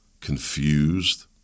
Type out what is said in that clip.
confused